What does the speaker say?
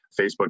Facebook